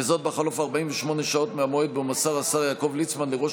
וזאת בחלוף 48 שעות מהמועד שבו מסר השר יעקב ליצמן לראש